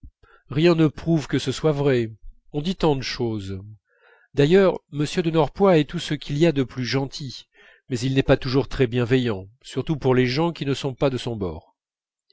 rien ne prouve que ce soit vrai on dit tant de choses d'ailleurs m de norpois est tout ce qu'il y a de plus gentil mais il n'est pas toujours très bienveillant surtout pour les gens qui ne sont pas de son bord